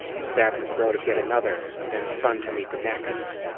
stabbed the throat of yet another, and then spun to meet the next.